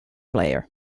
player